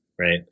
Right